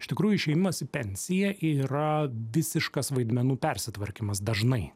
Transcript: iš tikrųjų išėjimas į pensiją yra visiškas vaidmenų persitvarkymas dažnai